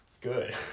good